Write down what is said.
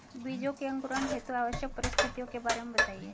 बीजों के अंकुरण हेतु आवश्यक परिस्थितियों के बारे में बताइए